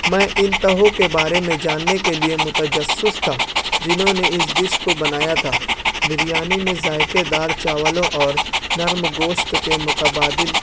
میں ان تہوں کے بارے میں جاننے کے متجسس تھا جنہوں نے اس ڈش کو بنایا تھا بریانی میں ذائقےدار چاولوں اور نرم گوشت کے متبادل